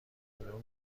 کدوم